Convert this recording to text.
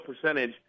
percentage